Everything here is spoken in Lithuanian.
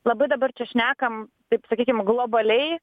labai dabar čia šnekam taip sakykim globaliai